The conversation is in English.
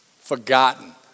forgotten